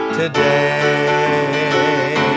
today